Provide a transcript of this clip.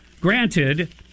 granted